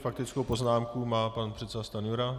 Faktickou poznámku má pan předseda Stanjura.